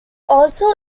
also